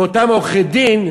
מאותם עורכי-דין,